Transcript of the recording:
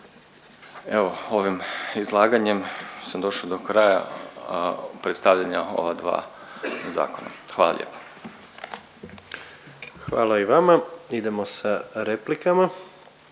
Evo ovim izlaganjem sam došao do kraja predstavljanja ova dva zakona. Hvala lijepa. **Jandroković,